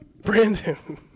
Brandon